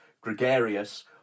gregarious